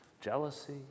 jealousy